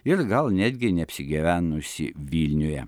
ir gal netgi neapsigyvenusi vilniuje